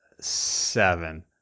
seven